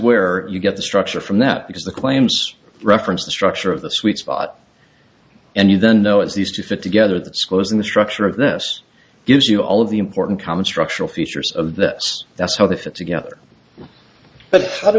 where you get the structure from that because the claims reference the structure of the sweet spot and you then know if these two fit together that's close in the structure of this gives you all of the important common structural features of the that's how they fit together but how do